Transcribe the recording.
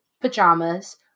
pajamas